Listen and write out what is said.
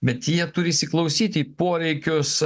bet jie turi įsiklausyti į poreikius